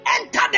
Enter